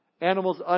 animals